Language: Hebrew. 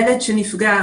ילד שנפגע,